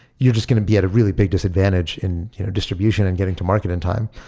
you're just going to be at a really big disadvantage in distribution and getting to market in time.